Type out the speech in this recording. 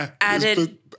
added